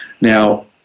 Now